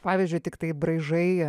pavyzdžiui tiktai braižai